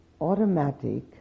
automatic